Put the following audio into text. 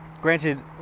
granted